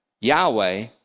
Yahweh